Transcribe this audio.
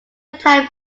time